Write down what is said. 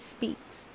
Speaks